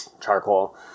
charcoal